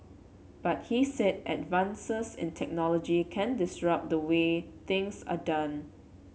but he said advances in technology can disrupt the way things are done